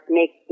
make